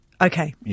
Okay